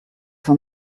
von